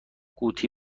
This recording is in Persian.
قوطی